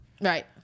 right